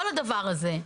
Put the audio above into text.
כל הדבר הזה,